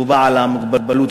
שהוא בעל המוגבלות,